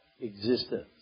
existence